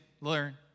learn